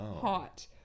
hot